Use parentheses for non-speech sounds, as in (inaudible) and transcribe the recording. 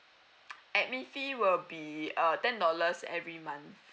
(noise) admin fee will be uh ten dollars every month